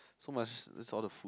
so must list all the food